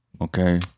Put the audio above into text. Okay